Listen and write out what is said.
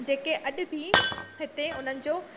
जेके अॼु बि हिते उन्हनि जो